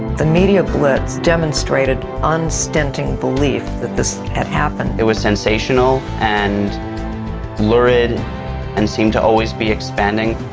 the media blitz demonstrated unstinting belief that this had happened. it was sensational and lurid and seemed to always be expanding.